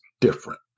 different